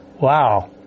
wow